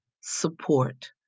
support